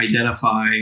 identify